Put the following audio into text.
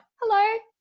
hello